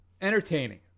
entertaining